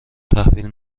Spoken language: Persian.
تحویل